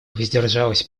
воздержалась